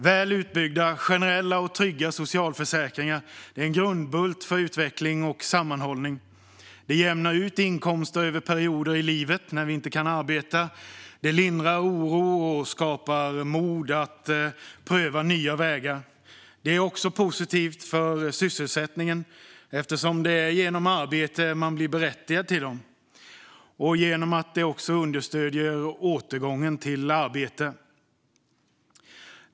Väl utbyggda, generella och trygga socialförsäkringar är en grundbult för utveckling och sammanhållning. De jämnar ut inkomster över perioder i livet när vi inte kan arbeta. De lindrar oro och skapar mod att pröva nya vägar. De är också positiva för sysselsättningen eftersom det är genom arbete man blir berättigad till dem och eftersom de också understöder återgången till arbete.